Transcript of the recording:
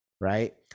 right